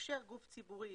"אפשר גוף ציבורי